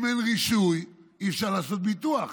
אם אין רישוי, אי-אפשר לעשות ביטוח.